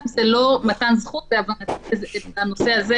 את רוצה לענות לה?